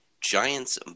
Giants